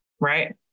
Right